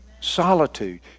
Solitude